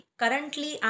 currently